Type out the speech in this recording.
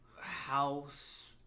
house